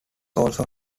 also